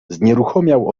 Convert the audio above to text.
znieruchomiał